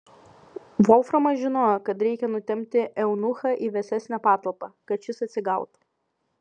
volframas žinojo kad reikia nutempti eunuchą į vėsesnę patalpą kad šis atsigautų